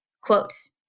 quotes